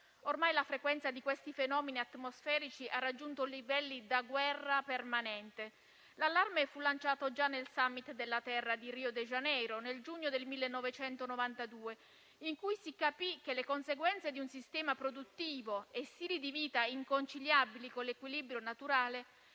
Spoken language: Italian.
Ormai la frequenza di questi fenomeni atmosferici ha raggiunto livelli da guerra permanente. L'allarme fu lanciato già nel Summit della Terra di Rio de Janeiro, nel giugno del 1992, in cui si capì che le conseguenze di un sistema produttivo e di stili di vita inconciliabili con l'equilibrio naturale